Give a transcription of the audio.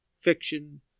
fiction